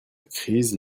crise